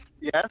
yes